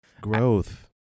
Growth